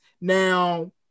Now